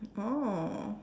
oh